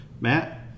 Matt